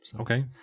Okay